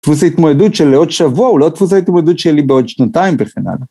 תפוס את מועדות של לא עוד שבוע, לא תפוס את מועדות של ליבה עוד שנתיים בחינם.